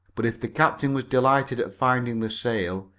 but if the captain was delighted at finding the sail,